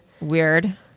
Weird